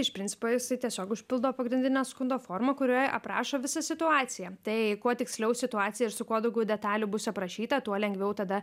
iš principo jisai tiesiog užpildo pagrindinę skundo formą kurioje aprašo visą situaciją tai kuo tiksliau situacija ir su kuo daugiau detalių bus aprašyta tuo lengviau tada